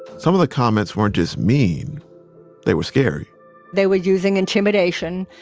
some of the comments weren't just mean they were scary they were using intimidation.